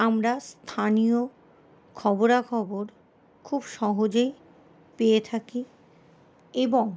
আমরা স্থানীয় খবরাখবর খুব সহজেই পেয়ে থাকি এবং